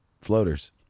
Floaters